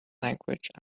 language